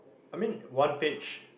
I mean one page